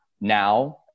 now